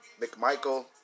McMichael